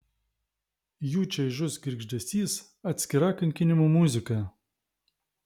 jų čaižus girgždesys atskira kankinimų muzika